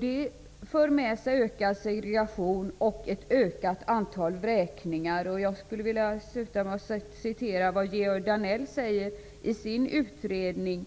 Den för med sig ökad segregation och ett ökat antal vräkningar. Jag skulle vilja avsluta med att citera vad Georg Danell skriver i sin utredning: